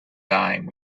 time